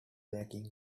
backing